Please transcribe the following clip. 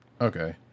Okay